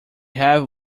have